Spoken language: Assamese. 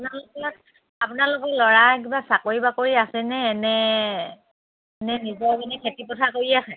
আপোনালোকৰ আপোনালোকৰ ল'ৰা কিবা চাকৰি বাকৰি আছেনে এনে এনে নিজৰ এনে খেতি পথাৰ কৰি আছে